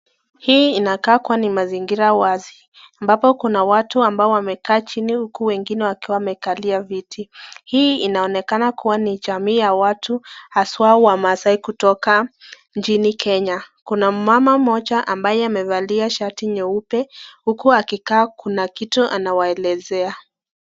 Hii inakaa kua ni mazingira wazi. Ambapo kuna watu ambao wamekaa chini huku wengine wakiwa wamekalia viti. Hii inaonekana kua ni jamii ya watu haswa wamasaai kutoka nchini Kenya. Kuna mama mmoja ambaye amevalia shati nyeupe huku akikaa kuna kitu anawaelezea.